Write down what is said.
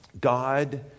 God